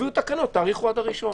הביאו תקנות להאריך עד ה-1.